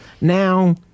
Now